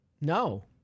no